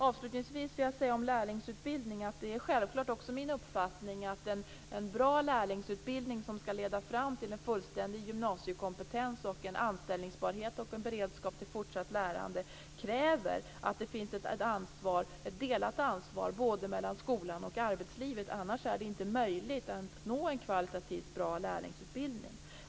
Avslutningsvis vill jag säga om lärlingsutbildning att det självfallet också är min uppfattning att en bra lärlingsutbildning, som skall leda fram till gymnasiekompetens, anställningsbarhet och beredskap till fortsatt lärande, kräver att det finns ett delat ansvar mellan både skola och arbetsliv. Annars är det inte möjligt att nå en kvalitativt bra lärlingsutbildning.